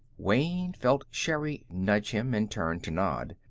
wayne felt sherri nudge him, and turned to nod.